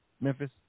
Memphis